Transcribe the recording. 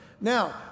Now